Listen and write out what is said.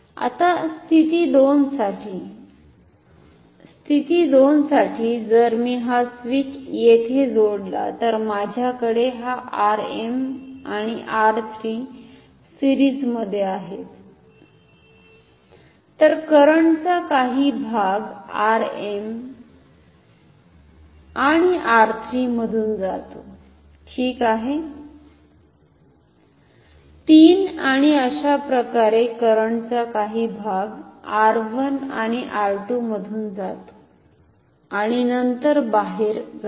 आता स्थिती 2 साठी स्थिती 2 साठी जर मी हा स्विच येथे जोडला तर माझ्याकडे हा R m आणि R 3 सिरिज मधे आहेत तर करंट चा काही भाग R m आणि R 3 मधून जातो ठीक आहे 3 आणि अशा प्रकारे करंटचा काही भाग R 1 आणि R 2 मधून जातो आणि नंतर बाहेर जातो